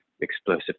explosive